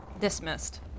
Dismissed